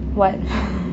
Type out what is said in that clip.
what